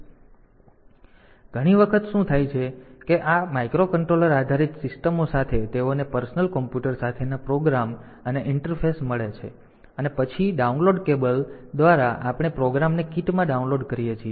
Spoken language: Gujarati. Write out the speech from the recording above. તેથી ઘણી વખત શું થાય છે કે આ માઇક્રોકન્ટ્રોલર આધારિત સિસ્ટમો સાથે તેઓને પર્સનલ કોમ્પ્યુટર સાથેના પ્રોગ્રામ સાથે ઈન્ટરફેસ મળે છે અને પછી ડાઉનલોડ કેબલ દ્વારા આપણે પ્રોગ્રામને કીટમાં ડાઉનલોડ કરીએ છીએ